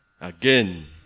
Again